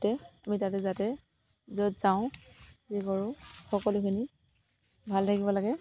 তুমি তাতে যাতে য'ত যাওঁ যি কৰোঁ সকলোখিনি ভাল থাকিব লাগে